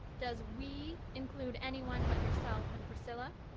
does we include any one but yourself and priscilla?